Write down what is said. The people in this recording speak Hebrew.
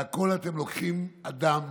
והכול, אתם לוקחים אדם